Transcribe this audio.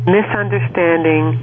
misunderstanding